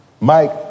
Mike